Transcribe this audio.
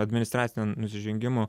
administracinio nusižengimo